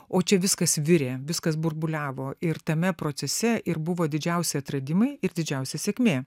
o čia viskas virė viskas burbuliavo ir tame procese ir buvo didžiausi atradimai ir didžiausia sėkmė